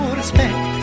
respect